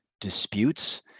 disputes